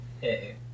Hey